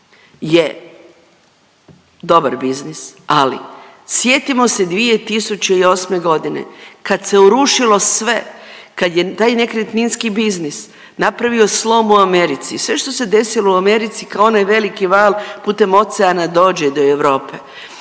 je dobar biznis, ali sjetimo se 2008.g. kad se urušilo sve, kad je taj nekretninski biznis napravio slom u Americi, sve što se desilo u Americi, kao onaj veliki val putem oceana dođe do Europe.